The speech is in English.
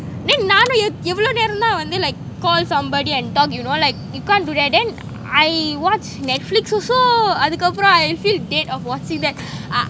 then நானும் எவளோ நேரம் தான் வந்து:yewalo neram than vanthu like call somebody and talk you know like you can't do that then I watch netflix also அதுக்கப்போறோம்:athukapporoam I feel dead of watching that I